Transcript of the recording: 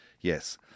Yes